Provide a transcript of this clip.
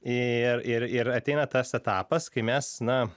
ir ir ir ateina tas etapas kai mes na